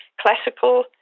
classical